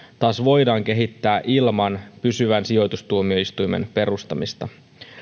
taas voidaan kehittää ilman pysyvän sijoitustuomioistuimen perustamista